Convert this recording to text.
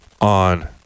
on